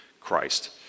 Christ